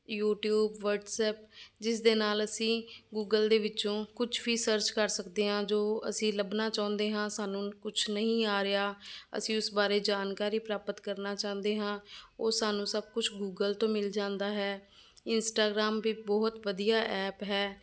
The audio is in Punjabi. ਯੂਟਿਊਬ ਵਟਸਐਪ ਜਿਸ ਦੇ ਨਾਲ ਅਸੀਂ ਗੂਗਲ ਦੇ ਵਿੱਚੋਂ ਕੁਛ ਵੀ ਸਰਚ ਕਰ ਸਕਦੇ ਹਾਂ ਜੋ ਅਸੀਂ ਲੱਭਣਾ ਚਾਹੁੰਦੇ ਹਾਂ ਸਾਨੂੰ ਕੁਛ ਨਹੀਂ ਆ ਰਿਹਾ ਅਸੀਂ ਉਸ ਬਾਰੇ ਜਾਣਕਾਰੀ ਪ੍ਰਾਪਤ ਕਰਨਾ ਚਾਹੁੰਦੇ ਹਾਂ ਉਹ ਸਾਨੂੰ ਸਭ ਕੁਛ ਗੂਗਲ ਤੋਂ ਮਿਲ ਜਾਂਦਾ ਹੈ ਇੰਸਟਾਗ੍ਰਾਮ ਵੀ ਬਹੁਤ ਵਧੀਆ ਐਪ ਹੈ